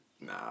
nah